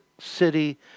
city